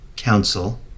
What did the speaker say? Council